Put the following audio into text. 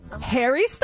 Harry